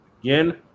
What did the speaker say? again